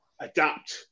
adapt